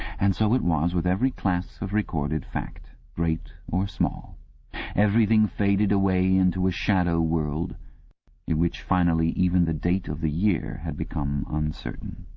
and so it was with every class of recorded fact, great or everything faded away into a shadow-world in which, finally, even the date of the year had become uncertain.